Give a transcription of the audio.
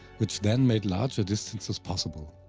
which then made larger distances possible.